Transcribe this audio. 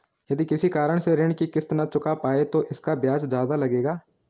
यदि किसी कारण से ऋण की किश्त न चुका पाये तो इसका ब्याज ज़्यादा लगेगा?